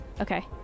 Okay